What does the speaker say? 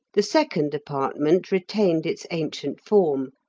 the second apartment retained its ancient form,